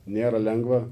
nėra lengva